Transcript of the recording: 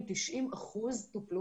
החולים הקשים טופלו